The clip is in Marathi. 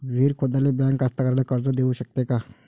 विहीर खोदाले बँक कास्तकाराइले कर्ज देऊ शकते का?